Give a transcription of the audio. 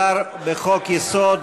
בחוק-יסוד,